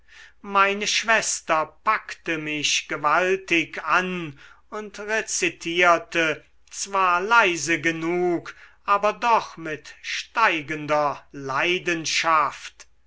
meine schwester packte mich gewaltig an und rezitierte zwar leise genug aber doch mit steigender leidenschaft